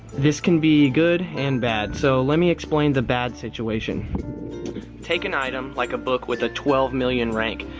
this can be good and bad, so let me explain the bad situation take an item like a book with a twelve million rank.